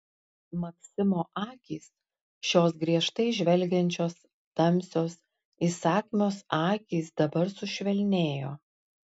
maksimo akys šios griežtai žvelgiančios tamsios įsakmios akys dabar sušvelnėjo